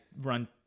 run